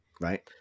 Right